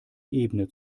ebene